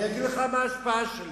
אני אגיד לך מה ההשפעה שלי: